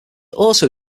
also